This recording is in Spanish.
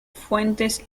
fuentes